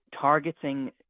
targeting